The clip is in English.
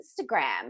Instagram